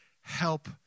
help